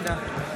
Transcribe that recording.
תודה.